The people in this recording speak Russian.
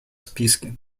списке